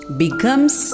becomes